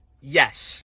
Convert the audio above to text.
yes